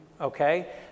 okay